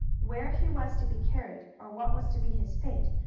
where he was to be carried or what was to be his fate,